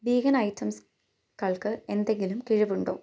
vegan items കൾക്ക് എന്തെങ്കിലും കിഴിവുണ്ടോ